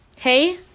Hey